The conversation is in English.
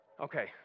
Okay